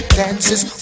dances